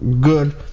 good